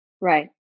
Right